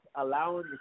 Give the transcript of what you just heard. allowing